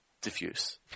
diffuse